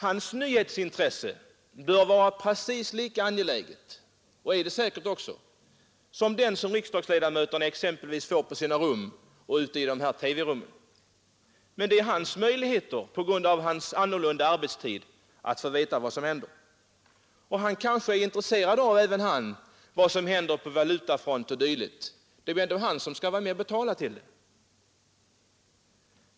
Hans nyhetsintresse bör vara precis lika angeläget — och är det säkert också — som riksdagsledamotens som får nyheterna till sitt arbetsrum eller i TV-rummet. På grund av sin annorlunda arbetstid är chauffören hänvisad till bilradion för att få veta vad som händer. Även han kan ju vara intresserad av vad som sker t.ex. på valutafronten. Det är ändå han som skall vara med och betala.